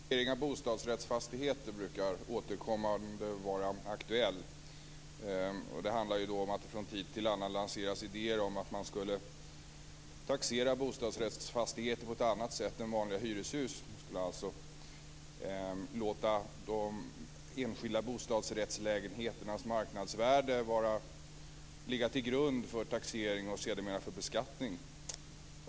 Fru talman! Frågan om taxering av bostadsrättsfastigheter brukar återkommande vara aktuell. Det handlar om att det från tid till annan lanseras idéer om att man skulle taxera bostadsrättsfastigheter på ett annat sätt än vanliga hyreshus. Man skulle alltså låta de enskilda bostadsrättslägenheternas marknadsvärde ligga till grund för taxering och sedermera för beskattning.